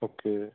okay